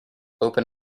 open